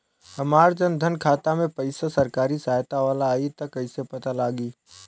हमार जन धन खाता मे पईसा सरकारी सहायता वाला आई त कइसे पता लागी?